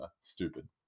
stupid